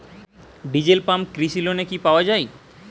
Diesel pump কৃষি লোনে কি পাওয়া য়ায়?